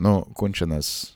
nu kunčinas